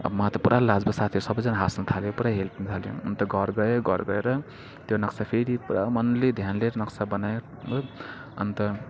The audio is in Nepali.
अब मलाई त पुरा लाज भयो सथीहरू सबैजना हाँस्नु थाल्यो पुरा हेर्नु थाल्यो अन्त घर गएँ घर गएर त्यो नक्सा फेरि पुरा मनले ध्यानले नक्सा बनाएर अन्त